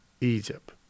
Egypt